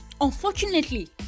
Unfortunately